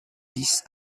dix